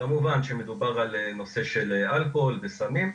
כמובן שמדובר על נושא של אלכוהול וסמים,